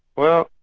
well,